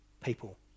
people